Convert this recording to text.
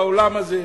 באולם הזה,